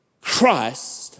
Christ